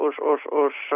už už už